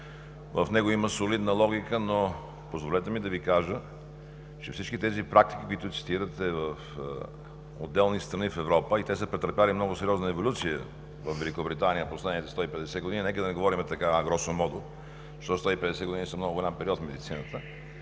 В него има солидна логика, но позволете ми да Ви кажа, че всички тези практики, които цитирате в отделни страни в Европа, са претърпели много сериозна еволюция във Великобритания последните 150 години. Нека да не говорим така гросо модо, защото 150 години са много голям период в медицината.